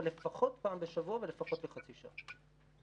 אבל לפחות פעם בשבוע ולפחות לחצי שעה ביקור.